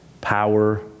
power